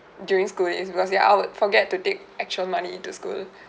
during school days because ya I would forget to take actual money into school